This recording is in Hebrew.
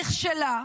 נכשלה.